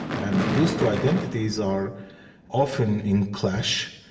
and those two identities are often in clash.